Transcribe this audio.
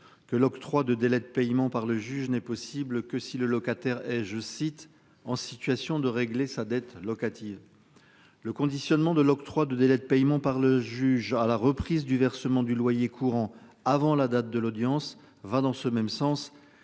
que l'octroi de délais de paiement par le juge n'est possible que si le locataire et je cite en situation de régler sa dette locative. Le conditionnement de l'octroi de délais de paiement par le juge à la reprise du versement du loyer courant avant la date de l'audience va dans ce même sens